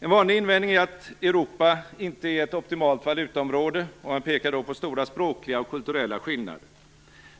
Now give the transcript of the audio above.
En vanlig invändning är att Europa inte är ett optimalt valutaområde, och man pekar då på stora språkliga och kulturella skillnader.